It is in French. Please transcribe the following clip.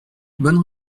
bonnes